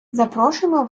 запрошуємо